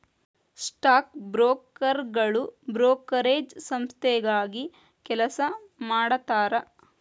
stock ಬ್ರೋಕರ್ಗಳು brokerage ಸಂಸ್ಥೆಗಾಗಿ ಕೆಲಸ ಮಾಡತಾರಾ